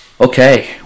Okay